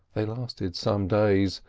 they lasted some days,